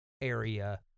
area